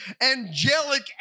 angelic